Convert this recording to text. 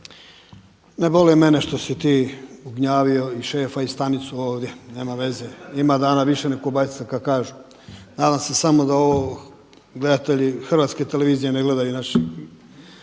ne boli mene što si ti gnjavio i šefa i stanicu ovdje, nema veze, ima dana više neg' kobasica kako kažu. Nadam se samo da ovo gledatelji Hrvatske televizije ne gledaju naši,